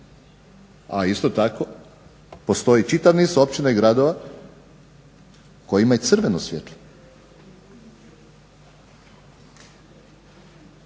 a isto tako postoji čitav niz općina i gradova koji imaju crveno svjetlo.